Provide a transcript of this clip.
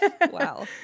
Wow